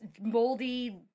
...moldy